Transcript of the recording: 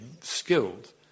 skilled